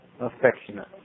affectionate